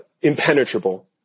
impenetrable